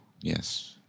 Yes